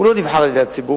הוא לא נבחר על-ידי הציבור,